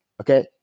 Okay